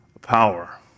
power